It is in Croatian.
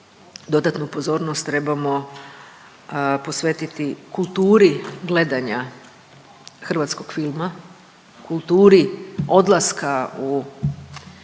dodatnu pozornost trebamo posvetiti kulturi gledanja hrvatskog filma, kulturi odlaska u